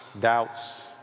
doubts